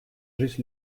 жизнь